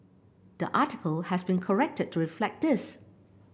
the article has been corrected to reflect this